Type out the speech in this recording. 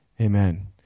Amen